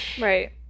Right